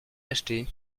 acheté